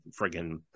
friggin